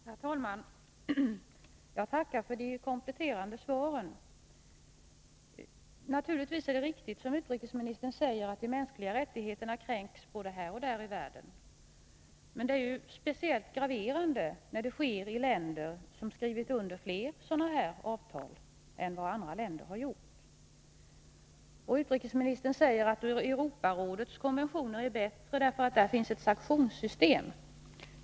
Herr talman! Jag tackar för de kompletterande svaren. Naturligtvis är det riktigt, som utrikesministern säger, att de mänskliga rättigheterna kränks både här och där i världen, men det är ju speciellt graverande när det sker i länder som skrivit under fler sådana här avtal än vad andra länder har gjort. Utrikesministern säger att Europarådets konventioner är bättre därför att där finns ett sanktionssystem.